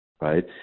right